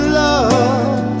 love